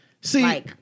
See